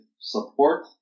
support